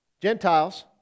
Gentiles